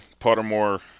Pottermore